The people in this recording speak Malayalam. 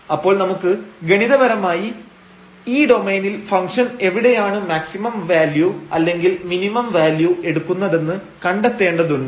അപ്പോൾ നമുക്ക് ഗണിതപരമായി ഈ ഡൊമൈനിൽ ഫംഗ്ഷൻ എവിടെയാണ് മാക്സിമം വാല്യൂ അല്ലെങ്കിൽ മിനിമം വാല്യൂ എടുക്കുന്നതെന്ന് കണ്ടെത്തേണ്ടതുണ്ട്